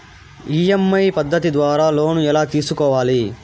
EMI పద్ధతి ద్వారా loan ఎలా తీసుకోవాలి